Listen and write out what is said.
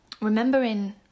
remembering